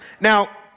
now